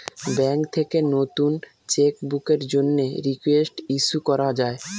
bank থেকে নতুন cheque বুকের জন্যে রিকোয়েস্ট ইস্যু করা যায়